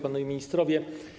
Panowie Ministrowie!